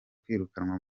kwirukanwa